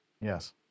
Yes